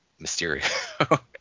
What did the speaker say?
Mysterio